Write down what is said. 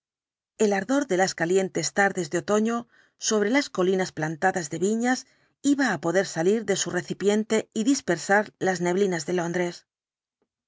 el ardor de las calientes tardes de otoño sobre las colmas plantadas de viñas iba á poder salir de su recipiente y dispersar las neblinas de londres